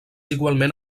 igualment